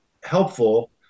helpful